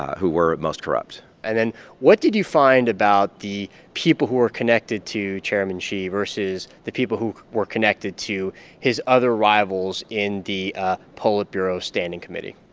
were most corrupt and then what did you find about the people who were connected to chairman xi versus the people who were connected to his other rivals in the politburo standing committee?